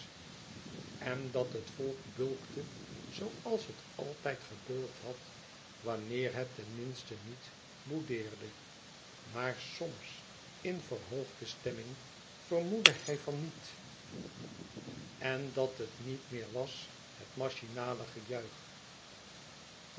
en dat het volk bulkte zooals het altijd gebulkt had wanneer het tenminste niet boudeerde maar soms in verhoogde stemming vermoedde hij van niet en dat het niet meer was het machinale gejuich